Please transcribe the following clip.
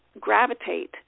gravitate